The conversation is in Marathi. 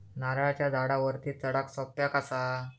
नारळाच्या झाडावरती चडाक सोप्या कसा?